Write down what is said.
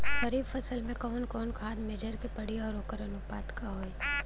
खरीफ फसल में कवन कवन खाद्य मेझर के पड़ी अउर वोकर अनुपात का होई?